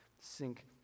sink